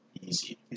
Easy